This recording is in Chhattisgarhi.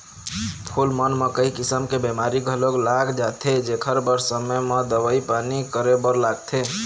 फूल मन म कइ किसम के बेमारी घलोक लाग जाथे जेखर बर समे म दवई पानी करे बर लागथे